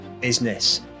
business